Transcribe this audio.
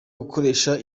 gukoresha